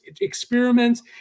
experiments